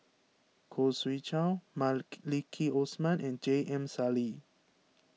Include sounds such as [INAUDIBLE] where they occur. Khoo Swee Chiow [UNINTELLIGIBLE] Osman and J M Sali